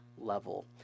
level